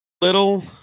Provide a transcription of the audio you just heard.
Little